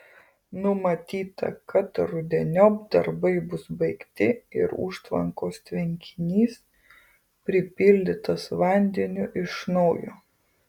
numatyta kad rudeniop darbai bus baigti ir užtvankos tvenkinys pripildytas vandeniu iš naujo